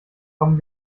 kommen